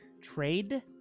Trade